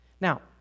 Now